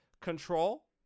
Control